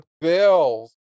Bills